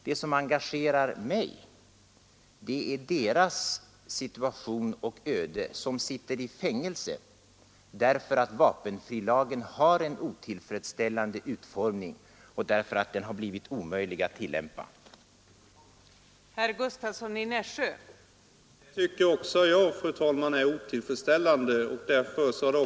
Det som engagerar mig är deras situation och öde som sitter i fängelse, därför att vapenfrilagen har en otillfredsställande utformning och därför att den har blivit omöjlig att rättvist tillämpa.